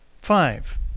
Five